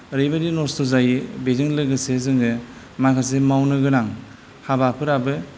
ओरैबायदि नस्त जायो बेजों लोगोसे जोङो माखासे मावनो गोनां हाबाफोराबो